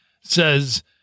says